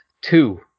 Two